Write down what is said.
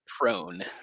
Prone